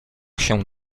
się